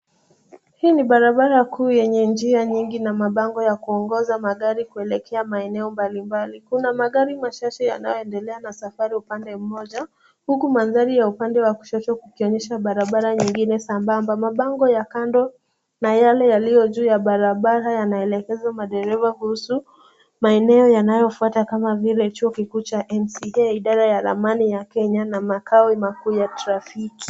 Hii ni barabara kuu yenye njia nyingi na mabango ya kuongoza magari kuelekea maeneo mbalimbali. Kuna magari machache yanayoendelea na safari upande mmoja huku mandhari ya upande wa kushoto kukionyesha barabara nyingine sambamba. Mabango ya kando na yale yaliyo juu ya barabara yanaelekeza madereva kuhusu maeneo yanayofuata kama vile Chuo Kikuu cha NCA, idara ya ramani ya Kenya na makao makuu ya trafiki.